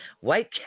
white